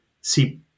see